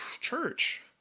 church